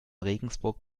regensburg